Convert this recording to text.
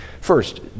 First